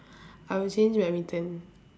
I would change badminton